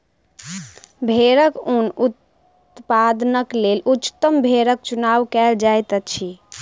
भेड़क ऊन उत्पादनक लेल उच्चतम भेड़क चुनाव कयल जाइत अछि